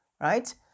Right